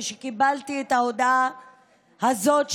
כשקיבלתי לפני שעה את ההודעה הזאת,